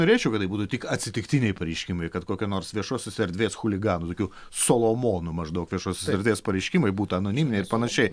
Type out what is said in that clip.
norėčiau kad tai būtų tik atsitiktiniai pareiškimai kad kokia nors viešosios erdvės chuliganų tokių solomonų maždaug viešosios erdvės pareiškimai būtų anoniminiai ir panašiai